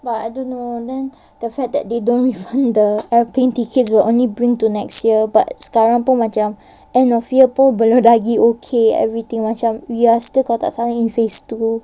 but I don't know then the fact that they don't refund the airplane tickets but will only bring to next year but sekarang pun macam end of year pun belum lagi okay everything macam we are still kalau tak salah in phase two